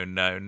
no